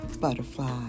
Butterfly